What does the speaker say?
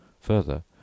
Further